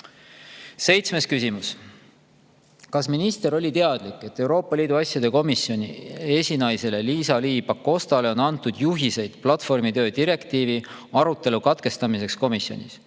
taandama. Seitsmes küsimus: "Kas minister oli teadlik, et Euroopa Liidu asjade komisjoni esinaisele Liisa-Ly Pakostale on antud juhiseid platvormitöö direktiivi arutelu katkestamiseks komisjonis?